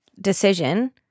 decision